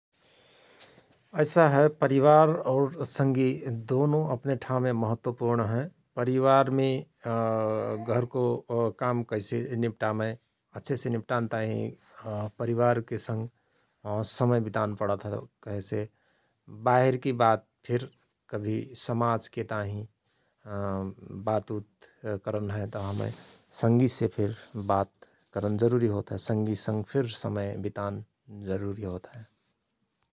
ऐसा हय परिवार और संगी दोनो अपने ठाउँमे महत्वपूर्ण हयं । परिवारमे घरको काम कैसे निभटामय अच्छेसे निभटान ताहिँ अ परिवारके सँग समय वितान पणत हय । कहेसे बाहिर कि बात फिर कभि समाजके ताहिँ बात उत करन हय त हमय संगिसे फिर बात करन जरुरीहोत हय संगी संग फिर समय बितान जारुरी होत हय ।